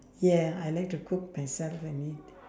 ya I like to cook myself and eat